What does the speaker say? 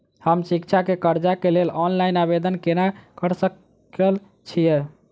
हम शिक्षा केँ कर्जा केँ लेल ऑनलाइन आवेदन केना करऽ सकल छीयै?